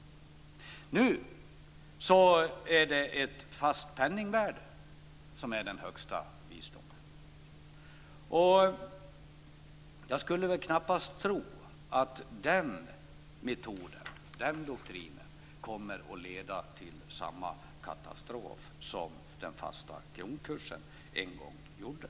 Nu är det ett fast penningvärde som är högsta visdom. Jag skulle väl knappast tro att den metoden, den doktrinen, leder till samma katastrof som den fasta kronkursen en gång gjorde.